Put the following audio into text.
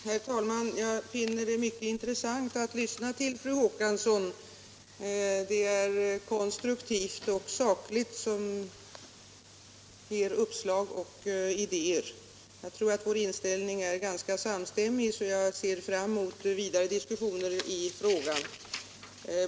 Herr talman! Jag finner det mycket intressant att lyssna till fru Håkansson. Hon anförde konstruktiva och sakliga synpunkter som ger uppslag och idéer. Jag tror att vår inställning är ganska samstämmig, och jag ser fram emot vidare diskussioner i frågan.